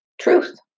truth